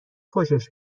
خوشش